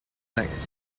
black